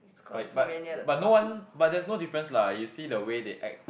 by but but no one but there's no difference lah you see the way they act